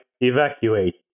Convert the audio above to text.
evacuate